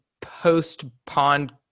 post-pond